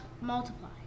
multiply